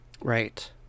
right